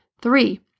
three